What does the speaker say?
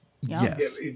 Yes